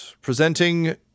presenting